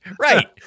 right